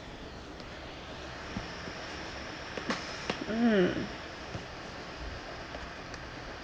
um